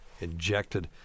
injected